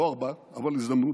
לא הרבה, אבל הזדמנות.